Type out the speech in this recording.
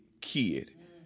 kid